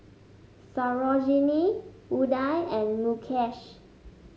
Sarojini Udai and Mukesh